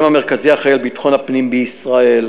המרכזי האחראי על ביטחון הפנים בישראל.